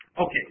Okay